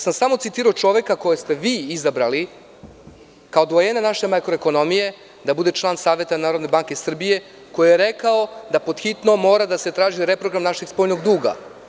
Samo sam citirao čoveka kojeg ste vi izabrali kao doajena naše makroekonomije da bude član Saveta Narodne banke Srbije, koji je rekao da pod hitno mora da se traži reprogram našeg spoljnjeg duga.